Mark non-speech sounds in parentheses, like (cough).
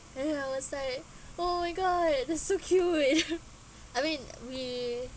and I was like oh my god that's so cute you know (laughs) I mean we